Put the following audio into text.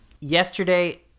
Yesterday